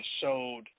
showed